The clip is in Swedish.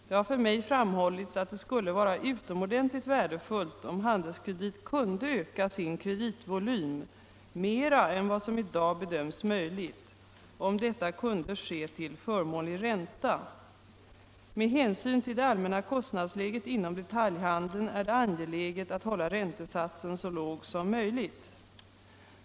Det har för mig framhållits att det skulle vara utomordentligt värdefullt om Handelskredit kunde öka sin kreditvolym mer än vad som i dag bedöms möjligt, om detta kunde ske till förmånlig ränta. Med hänsyn till det allmänna kostnadsläget inom detaljhandeln är det angeläget att hålla räntesatsen så låg som möjligt.